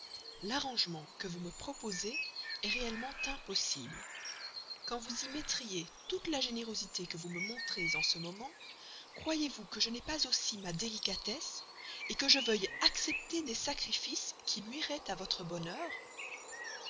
l'arrangement que vous me proposez est réellement impossible quand vous y mettriez toute la générosité que vous me montrez en ce moment croyez-vous donc que je n'aie pas aussi ma délicatesse que je veuille accepter des sacrifices qui nuiraient à votre bonheur